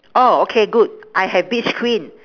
oh okay good I have beach queen